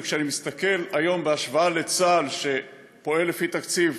וכשאני מסתכל היום, צה"ל שפועל לפי תקציב